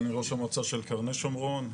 ואני ראש המועצה של קרני שומרון.